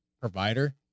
provider